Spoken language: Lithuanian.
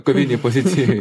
kovinėj pozicijoj